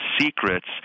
secrets